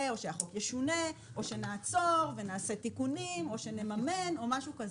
או שהחוק ישונה או שנעצור ונעשה תיקונים או שנממן או משהו כזה.